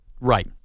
Right